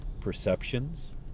perceptions